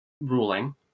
ruling